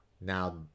now